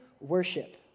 worship